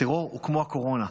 הטרור הוא כמו הקורונה,